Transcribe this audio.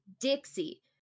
Dixie